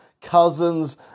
cousins